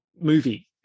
movie